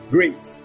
Great